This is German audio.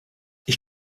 ich